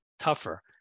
tougher